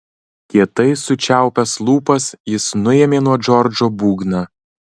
kietai sučiaupęs lūpas jis nuėmė nuo džordžo būgną